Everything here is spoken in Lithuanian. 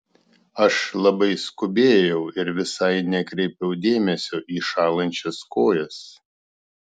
aš labai skubėjau ir visai nekreipiau dėmesio į šąlančias kojas